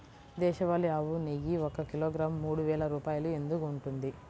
దేశవాళీ ఆవు నెయ్యి ఒక కిలోగ్రాము మూడు వేలు రూపాయలు ఎందుకు ఉంటుంది?